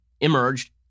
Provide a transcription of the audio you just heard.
emerged